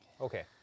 Okay